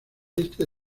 este